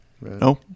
No